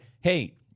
hey